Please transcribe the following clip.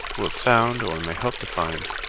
who have found, or may hope to find,